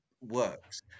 works